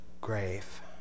grave